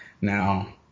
Now